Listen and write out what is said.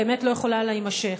באמת לא יכולה להימשך.